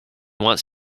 wants